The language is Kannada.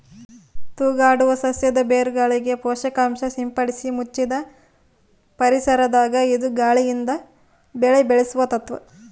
ತೂಗಾಡುವ ಸಸ್ಯದ ಬೇರುಗಳಿಗೆ ಪೋಷಕಾಂಶ ಸಿಂಪಡಿಸಿ ಮುಚ್ಚಿದ ಪರಿಸರದಾಗ ಇದ್ದು ಗಾಳಿಯಿಂದ ಬೆಳೆ ಬೆಳೆಸುವ ತತ್ವ